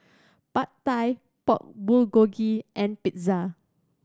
Pad Thai Pork Bulgogi and Pizza